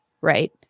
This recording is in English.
Right